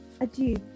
Adieu